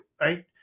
right